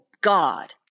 God